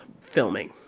filming